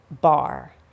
bar